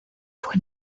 fue